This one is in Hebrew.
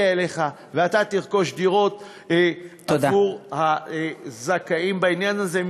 אליך ואתה תרכוש דירות עבור הזכאים בעניין הזה.